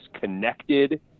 connected